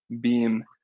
beam